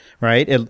right